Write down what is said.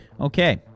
Okay